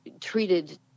treated